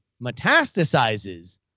metastasizes